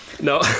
No